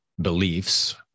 beliefs